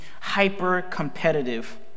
hyper-competitive